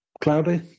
Cloudy